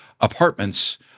apartments